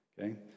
Okay